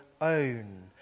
own